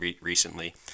recently